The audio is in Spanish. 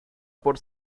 por